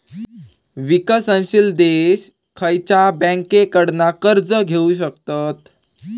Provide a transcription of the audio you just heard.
विकसनशील देश खयच्या बँकेंकडना कर्ज घेउ शकतत?